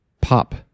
pop